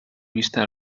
vista